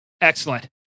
excellent